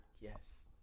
Yes